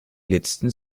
letzten